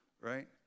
right